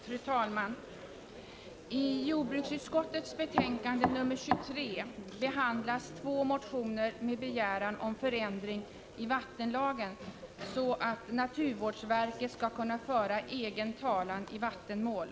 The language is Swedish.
Fru talman! I jordbruksutskottets betänkande nr 23 behandlas två motioner med begäran om förändring i vattenlagen så att naturvårdsverket skall kunna föra egen talan i vattenmål.